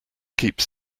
keeps